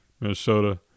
minnesota